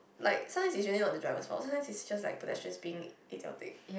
like sometimes it's really not the driver's fault sometimes it's just like pedestrians being idiotic